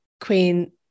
Queen